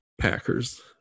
packers